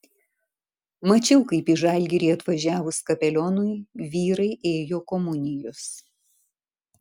mačiau kaip į žalgirį atvažiavus kapelionui vyrai ėjo komunijos